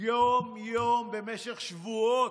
יום-יום במשך שבועות,